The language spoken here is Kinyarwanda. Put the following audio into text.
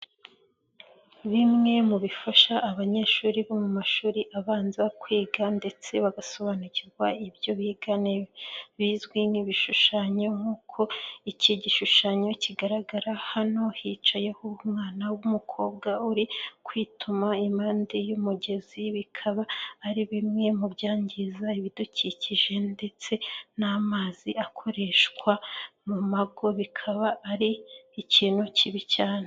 Bimwe mu bifasha abanyeshuri bo mu mashuri abanza kwiga ndetse bagasobanukirwa ibyo biga bizwi nk'ibishushanyo nk'uko iki gishushanyo kigaragara, hano hicayeho umwana w'umukobwa uri kwituma impande y'umugezi bikaba ari bimwe mu byangiza ibidukikije ndetse n'amazi akoreshwa mu mago bikaba ari ikintu kibi cyane.